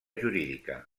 jurídica